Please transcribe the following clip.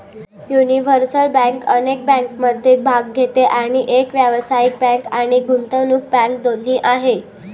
universal bank अनेक बँकिंगमध्ये भाग घेते आणि एक व्यावसायिक बँक आणि गुंतवणूक बँक दोन्ही आहे